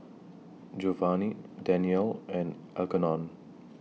Jovany Daniele and Algernon